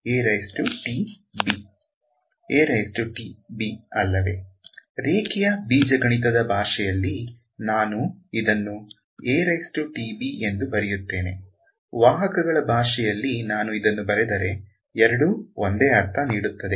ಅಲ್ಲವೇ ರೇಖೀಯ ಬೀಜಗಣಿತದ ಭಾಷೆಯಲ್ಲಿ ನಾನು ಇದನ್ನು ಎಂದು ಬರೆಯುತ್ತೇನೆ ವಾಹಕಗಳ ಭಾಷೆಯಲ್ಲಿ ನಾನು ಇದನ್ನು ಬರೆದರೆ ಎರಡೂ ಒಂದೇ ಅರ್ಥ ನೀಡುತ್ತದೆ